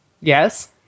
Yes